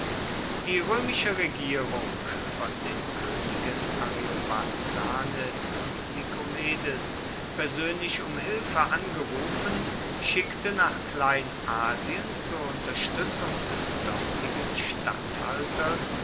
die römische regierung von den königen ariobarzanes und nikomedes persönlich um hilfe angerufen schickte nach kleinasien zur unterstützung des dortigen statthalters